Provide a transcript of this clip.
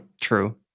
true